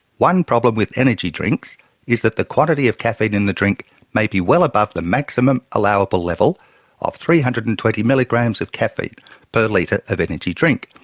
one problem with energy drinks is that the quantity of caffeine in the drink may be well above the maximum allowable level of three hundred and twenty milligrams of caffeine per litre of energy drink,